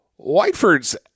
Whiteford's